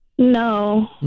No